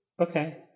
Okay